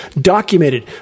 documented